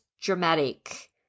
dramatic